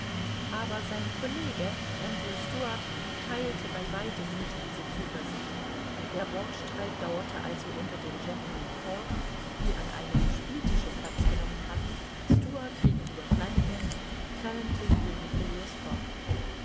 aber sein college andrew stuart theilte bei weitem nicht diese zuversicht der wortstreit dauerte also unter den gentlemen fort die an einem spieltische platz genommen hatten stuart gegenüber flanagan fallentin gegen